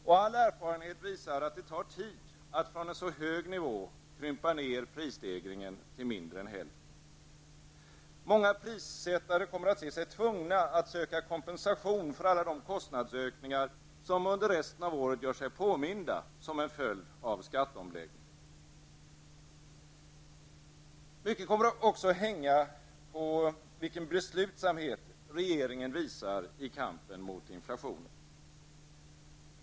Och all erfarenhet visar att det tar tid att från en så hög nivå krympa ner prisstegringen till mindre än hälften. Många prissättare kommer att se sig tvugna att söka kompensation för alla de kostnadsökningar som under resten av året gör sig påminda, som en följd av skatteomläggningen. Mycket kommer också att hänga på vilken beslutsamhet regeringen visar i kampen mot inflationen.